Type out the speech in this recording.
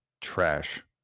trash